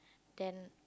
then